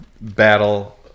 battle